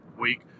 week